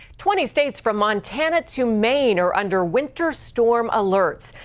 twenty states, from montana to maine, are under winter storm alerts.